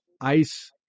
ice